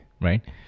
Right